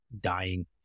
dying